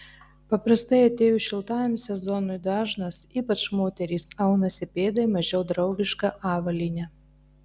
paprastai atėjus šiltajam sezonui dažnas ypač moterys aunasi pėdai mažiau draugišką avalynę